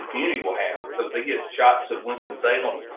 community will have because they get shots of winston salem,